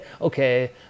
okay